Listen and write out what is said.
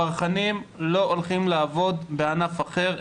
הברחנים לא הולכים לעבוד בענף אחר,